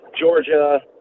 Georgia